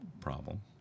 problem